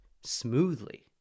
smoothly